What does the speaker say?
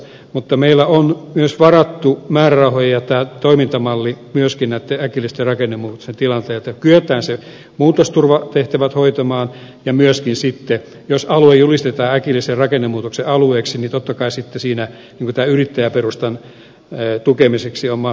mutta meillä on varattuna määrärahoja ja toimintamalli myöskin näitten äkillisten rakennemuutosten tilanteisiin että kyetään hoitamaan muutosturvatehtävät ja myöskin silloin jos alue julistetaan äkillisen rakennemuutoksen alueeksi totta kai yrittäjäperustan tukemiseksi on mahdollisuus tehdä yhtä ja toista